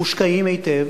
מושקעים היטב,